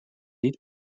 niet